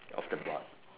of the board